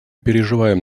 переживаем